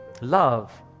love